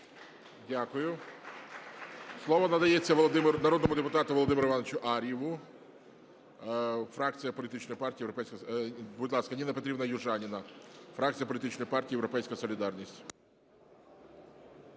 Дякую. Слово надається народному депутату Володимиру Ігоровичу Ар'єву, фракція політичної партії "Європейська солідарність".